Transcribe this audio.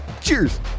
cheers